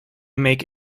make